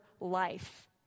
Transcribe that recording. life